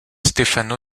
stefano